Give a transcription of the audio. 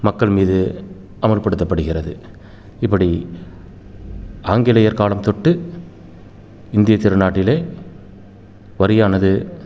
மக்கள் மீது அமல்படுத்தப்படுகிறது இப்படி ஆங்கிலேயர் காலம் தொட்டு இந்திய திருநாட்டிலே வரியானது